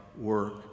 work